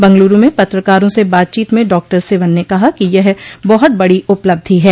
बंगलूरू में पत्रकारों से बातचीत में डॉक्टर सिवन ने कहा कि यह बहुत बड़ी उपलब्धि है